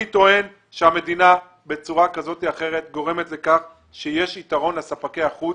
אני טוען שהמדינה בצורה כזאת או אחרת גורמת לכך שיש יתרון לספקי החוץ.